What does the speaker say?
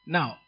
Now